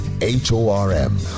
H-O-R-M